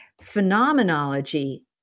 Phenomenology